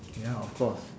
ya of course